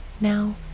Now